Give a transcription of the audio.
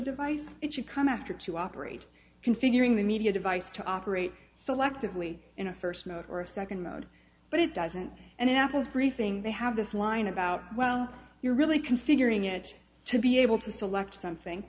device it should come after to operate configuring the media device to operate selectively in a first mode or a second mode but it doesn't and in apple's briefing they have this line about well you're really configuring it to be able to select something